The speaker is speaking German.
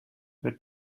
wird